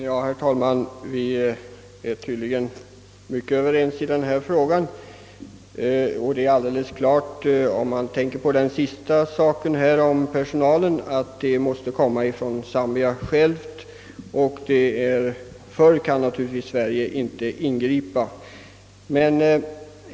Herr talman! Vi är tydligen helt överens i denna fråga beträffande personellt stöd. Det är alldeles klart att Zambia först måste framföra önskemål därom; förr kan Sverige inte ingripa.